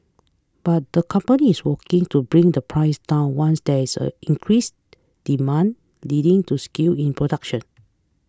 but the company is working to bring the price down once there is a increased demand leading to scale in production